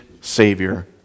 Savior